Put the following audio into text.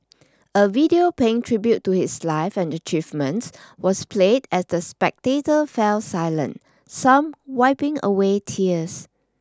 a video paying tribute to his life and achievements was played as the spectators fell silent some wiping away tears